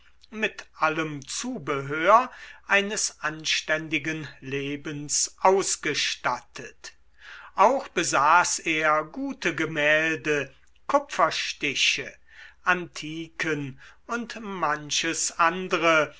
mit allem zubehör eines anständigen lebens ausgestattet auch besaß er gute gemälde kupferstiche antiken und manches andre